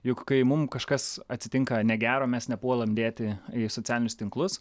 juk kai mum kažkas atsitinka negero mes nepuolam dėti į socialinius tinklus